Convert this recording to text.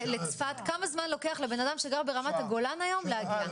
כמה זמן לוקח לבנאדם שגר ברמת הגולן היום להגיע?